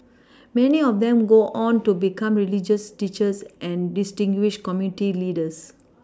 many of them go on to become religious teachers and distinguished community leaders